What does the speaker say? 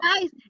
guys